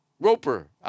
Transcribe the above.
Roper